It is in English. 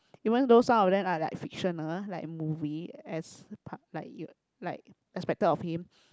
even though some of them are like fictional like movie as part like you like expected of him